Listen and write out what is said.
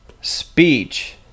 speech